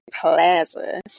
Plaza